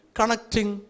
connecting